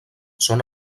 són